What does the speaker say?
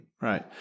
right